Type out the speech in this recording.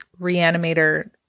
Reanimator